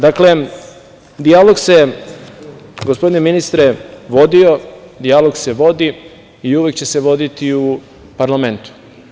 Dakle, dijalog se gospodine ministre, dijalog se vodi i uvek će se voditi u parlamentu.